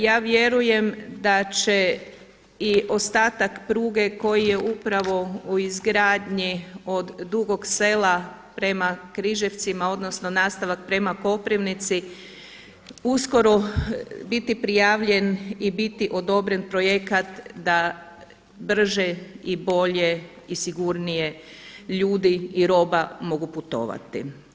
Ja vjerujem da će i ostatak pruge koji je upravo u izgradnji od Dugog Sela prema Križevcima, odnosno nastavak prema Koprivnici uskoro biti prijavljen i biti odobren projekat da brže i bolje i sigurnije ljudi i roba mogu putovati.